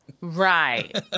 Right